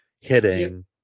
hitting